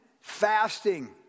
fasting